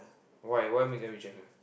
why why Megan reject him